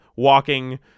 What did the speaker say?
walking